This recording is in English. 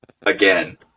Again